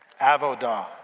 avodah